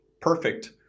perfect